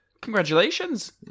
Congratulations